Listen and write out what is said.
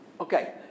Okay